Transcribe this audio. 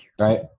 right